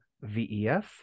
V-E-S